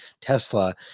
tesla